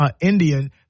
Indian